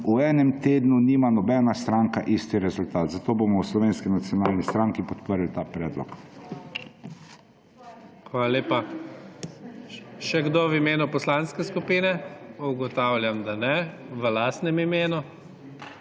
v enem tednu nima nobena stranka istega rezultata. Zato bomo v Slovenski nacionalni stranki podprli ta predlog. PREDSEDNIK IGOR ZORČIČ: Hvala lepa. Še kdo v imenu poslanske skupine? Ugotavljam, da ne. V lastnem imenu?